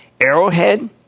Arrowhead